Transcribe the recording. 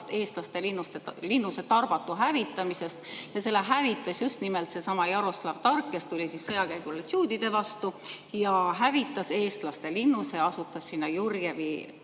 eestlaste linnuse Tarbatu hävitamisest ja selle hävitas just nimelt seesama Jaroslav Tark, kes tuli sõjakäigule tšuudide vastu, hävitas eestlaste linnuse ja asutas sinna Jurjevi